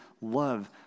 love